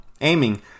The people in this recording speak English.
aiming